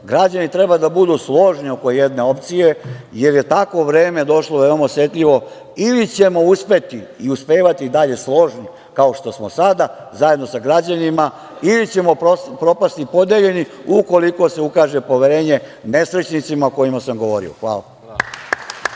Građani treba da budu složni oko jedne opcije, jer je takvo vreme došlo, veoma osetljivo ili ćemo uspeti i uspevati i dalje složni kao što smo i do sada, zajedno sa građanima, ili ćemo propasti podeljeni, ukoliko se ukaže poverenje nesrećnicima o kojima sam govorio. Hvala